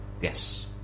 Yes